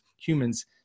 humans